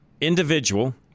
individual